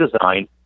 design